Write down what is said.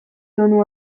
tonu